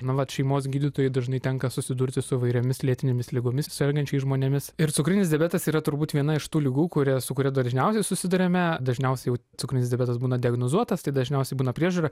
nuolat šeimos gydytojai dažnai tenka susidurti su įvairiomis lėtinėmis ligomis sergančiais žmonėmis ir cukrinis diabetas yra turbūt viena iš tų ligų kuria su kuria dažniausiai susiduriame dažniausiai jau cukrinis diabetas būna diagnozuotas tai dažniausiai būna priežiūra